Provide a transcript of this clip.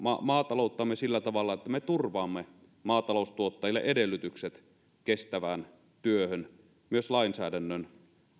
maatalouttamme sillä tavalla että me turvaamme maataloustuottajille edellytykset kestävään työhön myös lainsäädännön